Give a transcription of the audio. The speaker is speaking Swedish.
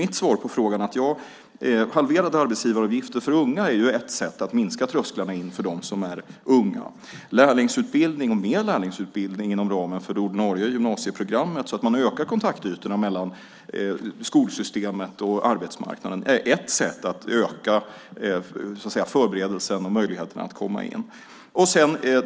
Mitt svar på frågan är att halverade arbetsgivaravgifter för unga är ett sätt att minska trösklarna in för dem som är unga. Lärlingsutbildning, och mer lärlingsutbildning, inom ramen för det ordinarie gymnasieprogrammet så att man ökar kontaktytorna mellan skolsystemet och arbetsmarknaden är ett annat sätt att så att säga öka förberedelsen och möjligheterna att komma in.